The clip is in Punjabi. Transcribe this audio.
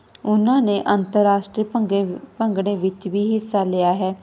ਉਹਨਾਂ ਨੇ ਅੰਤਰਰਾਸ਼ਟਰੀ ਭੰਗੇ ਭੰਗੜੇ ਵਿੱਚ ਵੀ ਹਿੱਸਾ ਲਿਆ ਹੈ